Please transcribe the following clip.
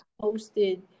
posted